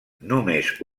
només